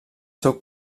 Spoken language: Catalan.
seu